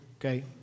okay